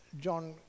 John